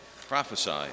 Prophesy